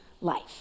life